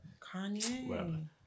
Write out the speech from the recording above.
Kanye